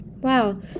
Wow